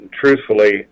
truthfully